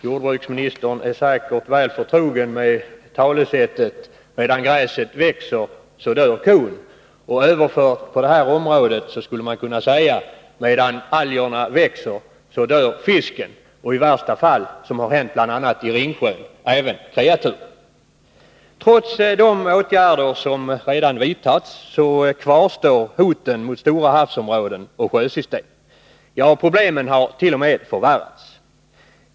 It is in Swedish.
Jordbruksministern är säkert väl förtrogen med talesättet ”medan gräset gror, dör kon”. Överfört till detta område skulle man kunna säga: ”Medan algerna växer dör fisken” — och i värsta fall även kreaturen, såsom har skett bl.a. vid Ringsjön. Trots de åtgärder som redan vidtagits kvarstår hoten mot stora havsområden och sjösystem. Ja, problemen har t.o.m. förvärrats.